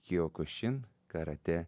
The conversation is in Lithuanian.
kiokušin karatė